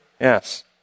yes